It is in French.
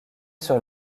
sur